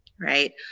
right